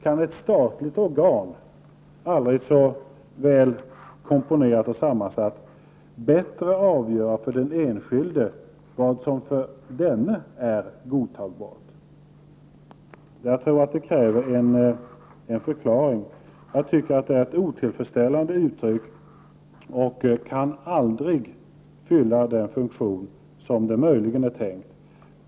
Kan ett statligt organ, aldrig så välkomponerat och sammansatt, bättre avgöra för den enskilde vad som för denne är godtagbart? Jag tror att det här kräver en förklaring. Jag tycker att det är ett otillfredsställande uttryck som aldrig kan fylla den funktion som möjligen var tänkt.